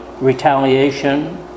retaliation